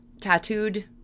tattooed